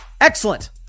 Excellent